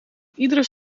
iedere